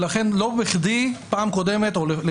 ולכן לא בכדי הוא נפל פעמיים.